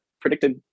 predicted